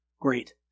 great